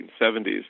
1970s